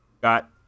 Got